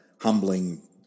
humbling